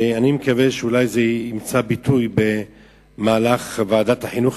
ואני מקווה שאולי זה ימצא ביטוי במהלך ועדת החינוך,